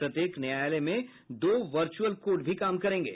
प्रत्येक न्यायालय में दो वर्चुअल कोर्ट भी काम करेंगे